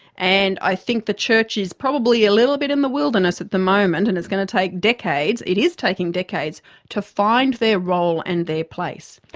and i think the church is probably a little bit in the wilderness at the moment and it's going to take decades it is taking decades to find their role and their place.